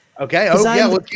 Okay